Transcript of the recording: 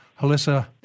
Halissa